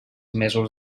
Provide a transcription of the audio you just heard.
mesos